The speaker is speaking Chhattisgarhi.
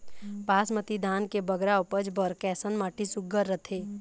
बासमती धान के बगरा उपज बर कैसन माटी सुघ्घर रथे?